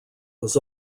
was